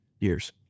years